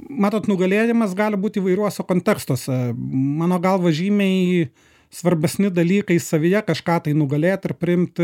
matot nugalėjimas gali būt įvairiuose kontekstuose mano galva žymiai svarbesni dalykai savyje kažką tai nugalėt ir priimti